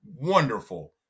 wonderful